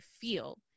feel